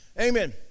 Amen